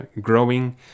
growing